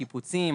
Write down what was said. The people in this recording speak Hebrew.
שיפוצים,